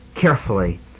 carefully